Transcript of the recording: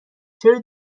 چرا